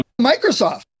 Microsoft